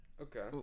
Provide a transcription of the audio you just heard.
okay